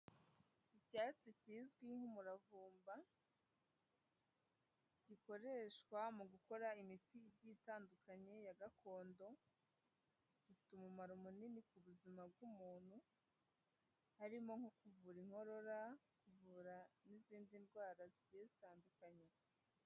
Icyatsi kizwi nk'umuravumba, gikoreshwa mu gukora imiti igiye itandukanye ya gakondo, gifite umumaro munini ku buzima bw'umuntu, harimo nko kuvura inkorora, kuvura n'izindi ndwara zigiye zitandukanye.